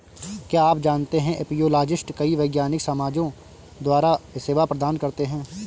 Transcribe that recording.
क्या आप जानते है एपियोलॉजिस्ट कई वैज्ञानिक समाजों द्वारा सेवा प्रदान करते हैं?